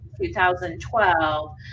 2012